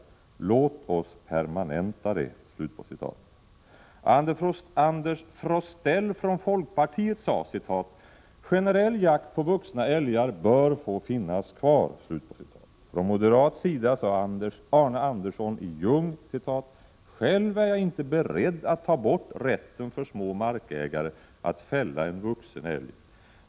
Låt oss permanenta det!” Anders Frostell från folkpartiet sade: ”Generell jakt på vuxna älgar bör få finnas kvar.” Från moderat sida sade Arne Andersson i Ljung: ”Själv är jag inte beredd att ta bort rätten för små markägare att fälla en vuxen älg.